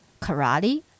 karate